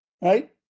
right